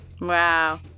Wow